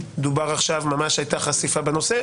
עכשיו ממש הייתה חשיפה בנושא.